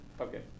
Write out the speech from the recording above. Okay